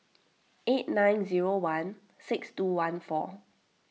eight nine zero one six two one four